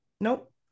Nope